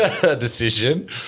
decision